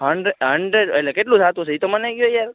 hundred એટલે કેટલું થાતું હશે એ તો મને કહો યાર